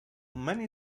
many